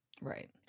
right